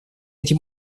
этим